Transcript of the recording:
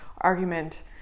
argument